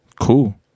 Cool